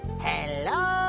Hello